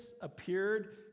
appeared